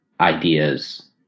ideas